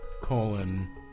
colon